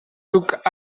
took